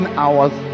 hours